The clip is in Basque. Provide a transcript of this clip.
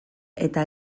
eta